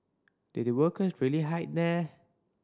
did the workers really hide here